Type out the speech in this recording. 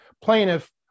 plaintiff